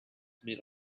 made